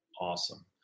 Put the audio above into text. Awesome